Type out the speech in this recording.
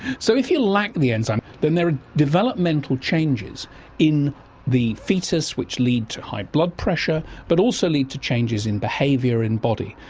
so if you lack the enzyme then there are developmental changes in the foetus which lead to high blood pressure but also lead to changes in behaviour and body.